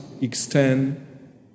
extend